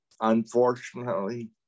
Unfortunately